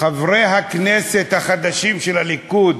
חברי הכנסת החדשים של הליכוד,